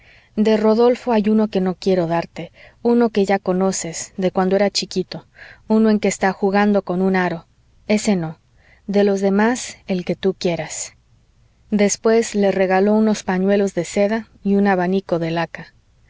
de rodolfo hay uno que no quiero darte uno que ya conoces de cuando era chiquito uno en que está jugando con un aro ese no de los demás el que tú quieras después le regaló unos pañuelos de seda y un abanico de laca